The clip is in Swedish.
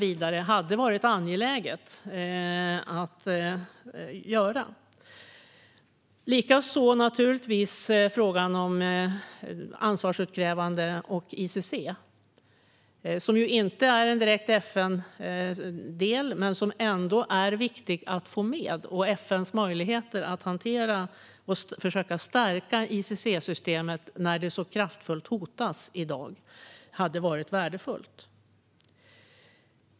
Likaså hade det varit angeläget att lyfta upp frågan om ansvarsutkrävande och ICC. Tribunalen är inte direkt en del av FN, men det är ändå viktigt att få med FN:s möjligheter att hantera och försöka stärka ICC-systemet när det så kraftfullt hotas i dag. Det hade varit värdefullt.